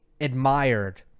admired